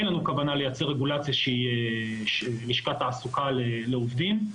אין לנו כוונה לייצר רגולציה שהיא לשכת תעסוקה לעובדים.